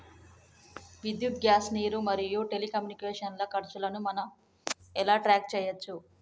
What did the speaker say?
విద్యుత్ గ్యాస్ నీరు మరియు టెలికమ్యూనికేషన్ల ఖర్చులను మనం ఎలా ట్రాక్ చేయచ్చు?